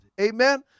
Amen